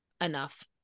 enough